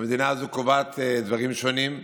והמדינה הזאת קובעת דברים שונים.